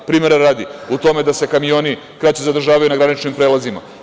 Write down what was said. Primera radi, u tome da se kamioni kraće zadržavaju na graničnim prelazima.